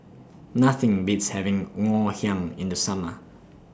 Nothing Beats having Ngoh Hiang in The Summer